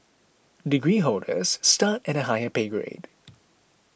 degree holders start at a higher pay grade